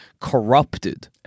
corrupted